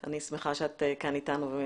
אני שמחה שאת כאן אתנו.